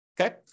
Okay